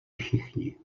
všichni